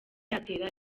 yatera